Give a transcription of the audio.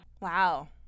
Wow